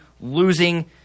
losing